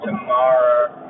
Tomorrow